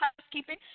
housekeeping